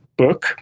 Book